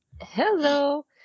Hello